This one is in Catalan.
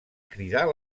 cridar